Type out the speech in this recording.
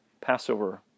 Passover